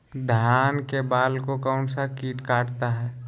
धान के बाल को कौन सा किट काटता है?